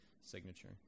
signature